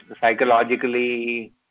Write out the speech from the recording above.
psychologically